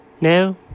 No